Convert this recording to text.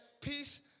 Peace